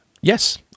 Yes